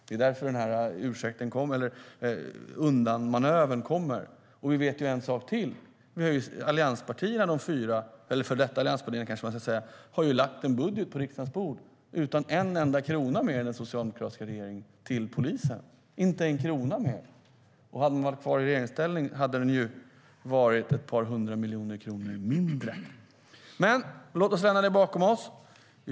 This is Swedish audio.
Det är därför undanmanövern kommer. Vi vet att de före detta allianspartierna har lagt en budget på riksdagens bord utan en enda krona mer till polisen än vad samarbetsregeringen lagt. Inte en krona mer! Hade de varit kvar i regeringsställning skulle det ha varit ett par hundra miljoner kronor mindre. Men låt oss lämna det bakom oss.